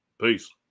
Peace